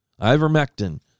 Ivermectin